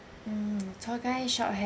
mm tall guy short hair